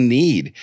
need